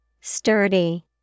Sturdy